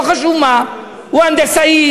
לא חשוב מה: הוא הנדסאי,